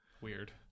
Weird